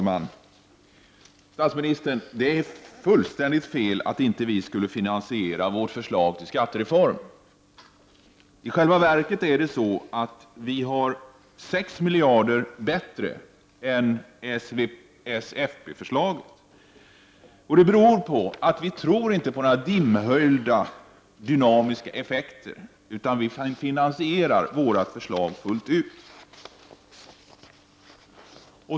Fru talman! Det är fullständigt fel, statsministern, att vi inte skulle finansiera vårt förslag till skattereform. I själva verket har vi ett förslag som är 6 miljarder kronor bättre än socialdemokraternas och folkpartiets förslag. Detta beror på att vi inte tror på några dimhöljda dynamiska effekter. Vi finansierar vårt förslag fullt ut.